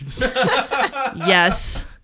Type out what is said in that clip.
yes